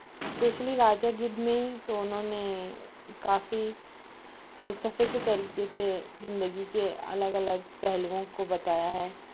especially راجا گدھ نے تو اُنہوں نے کافی فلسفے کے طریقے سے زندگی کے الگ الگ پہلوؤں کو بتایا ہے